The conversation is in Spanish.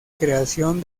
creación